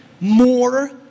more